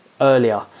earlier